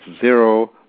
zero